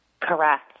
Correct